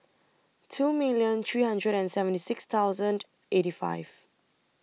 two million three hundred and seventy six thousand eighty five